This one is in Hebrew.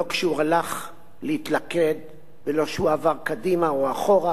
לא כשהוא הלך להתלכד ולא כשהוא עבר קדימה או אחורה.